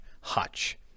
hutch